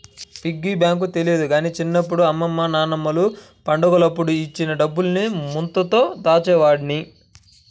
piggy bank తెలియదు గానీ చిన్నప్పుడు అమ్మమ్మ నాన్నమ్మలు పండగలప్పుడు ఇచ్చిన డబ్బుల్ని ముంతలో దాచేవాడ్ని